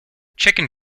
chicken